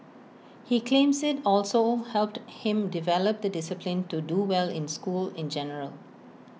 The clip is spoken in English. he claims IT also helped him develop the discipline to do well in school in general